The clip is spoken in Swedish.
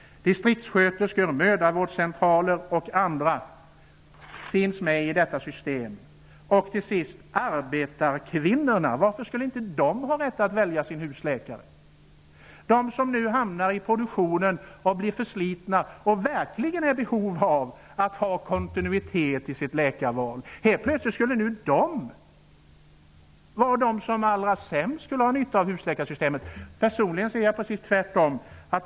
Distrikssköterskor, personal på mödravårdscentraler och andra finns med i detta system. Varför skulle inte arbetarkvinnorna ha rätt att välja sin husläkare? De som hamnar i produktionen och blir förslitna har verkligen ett behov av att ha kontinuitet i sin läkarvård. Helt plötsligt skulle nu de vara dem som allra minst skulle ha nytta av husläkarsystemet. Personligen anser jag att det är precis tvärtom.